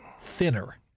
thinner